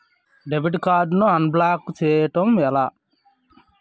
Debit card ను unblock block చేయటం ఎలా?